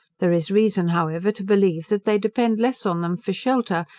there is reason, however, to believe, that they depend less on them for shelter,